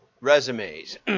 resumes